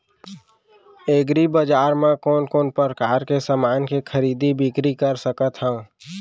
एग्रीबजार मा मैं कोन कोन परकार के समान के खरीदी बिक्री कर सकत हव?